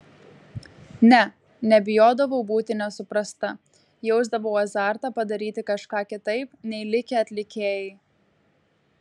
ne nebijodavau būti nesuprasta jausdavau azartą padaryti kažką kitaip nei likę atlikėjai